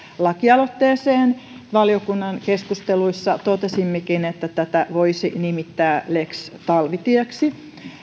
lakialoitteeseen valiokunnan keskusteluissa totesimmekin että tätä voisi nimittää lex talvitieksi